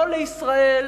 לא לישראל,